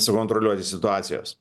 sukontroliuoti situacijos